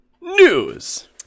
News